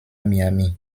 miami